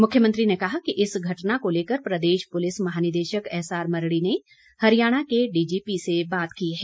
मुख्यमंत्री ने कहा कि इस घटना को लेकर प्रदेश पुलिस महानिदेशक एसआर मरढी ने हरियाणा के डीजीपी से बात की है